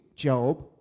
Job